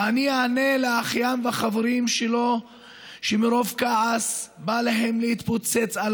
מה אני אענה לאחיין והחברים שלו שמרוב כעס בא להם להתפוצץ על